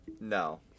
No